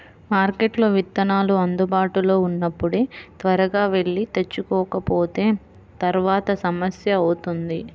మార్కెట్లో విత్తనాలు అందుబాటులో ఉన్నప్పుడే త్వరగా వెళ్లి తెచ్చుకోకపోతే తర్వాత సమస్య అవుతుంది